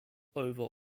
over